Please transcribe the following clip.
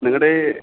നിങ്ങളുടെ